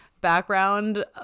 background